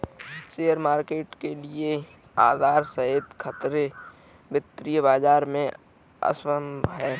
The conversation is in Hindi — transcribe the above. शेयर मार्केट के लिये आधार रहित खतरे वित्तीय बाजार में असम्भव हैं